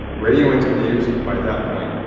radio interviews by that point.